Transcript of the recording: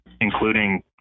including